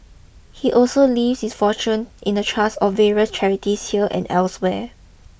he also leaves his fortune in a trust of various charities here and elsewhere